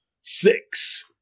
Six